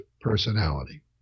personality